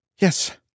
Yes